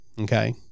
Okay